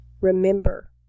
Remember